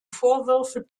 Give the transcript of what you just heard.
vorwürfe